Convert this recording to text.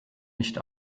nicht